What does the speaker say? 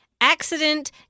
accident